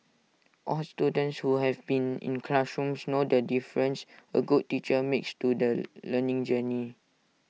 all students who have been in classrooms know the difference A good teacher makes to the learning journey